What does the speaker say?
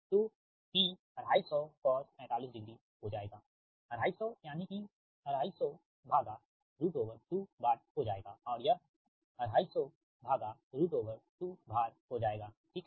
तो P 250 cos 45 हो जाएगा 250 यानि कि 2502 वॉट हो जाएगा और यह 2502VAR हो जाएगा ठीक है